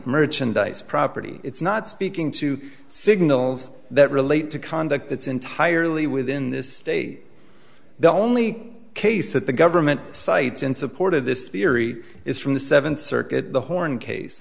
merchandise property it's not speaking to signals that relate to conduct it's entirely within this state the only case that the government sites in support of this theory is from the seventh circuit the horn case